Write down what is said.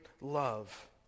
love